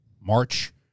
March